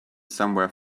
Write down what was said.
somewhere